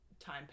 Time